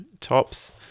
tops